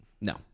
No